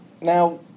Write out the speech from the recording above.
Now